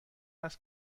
است